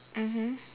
mmhmm